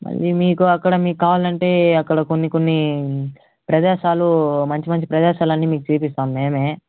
మళ్ళీ మీకు అక్కడ మీకు కావాలంటే అక్కడ కొన్ని కొన్ని ప్రదేశాలు మంచి మంచి ప్రదేశాలన్నీ మీకు చూపిస్తాము మేమే